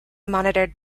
monitored